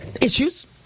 issues